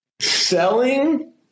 selling